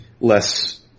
less